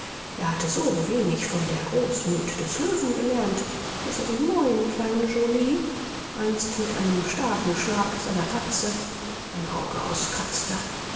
er hatte so wenig von der großmuth des löwen gelernt daß er dem neuen kleinen joly einst mit einem starken schlag seiner tatze ein auge auskratzte